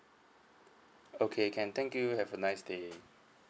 okay can thank you have a nice day